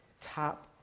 top